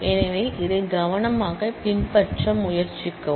எனவே இதை கவனமாக பின்பற்ற முயற்சிக்கவும்